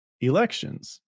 elections